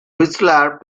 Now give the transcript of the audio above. whistler